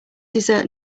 desert